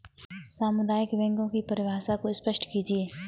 सामुदायिक बैंकों की परिभाषा को स्पष्ट कीजिए?